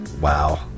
Wow